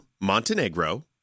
Montenegro